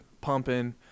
pumping